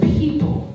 people